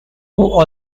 who